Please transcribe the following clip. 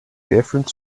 different